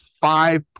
five